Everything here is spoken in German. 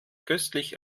köstlich